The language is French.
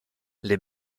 les